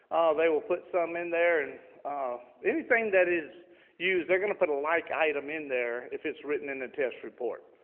they will put some in there and anything that is used, they're going to put a like item in there if it's written in the test report.